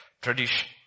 Tradition